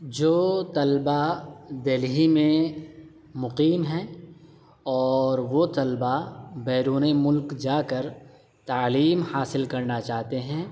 جو طلباء دلہی میں مقیم ہیں اور وہ طلباء بیرونی ملک جا کر تعلیم حاصل کرنا چاہتے ہیں